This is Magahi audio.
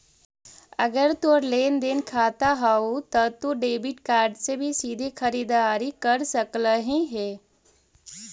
अगर तोर लेन देन खाता हउ त तू डेबिट कार्ड से भी सीधे खरीददारी कर सकलहिं हे